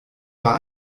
war